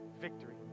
victory